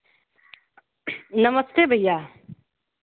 नमस्ते भैया